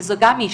וזה גם אישיו,